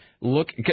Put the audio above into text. look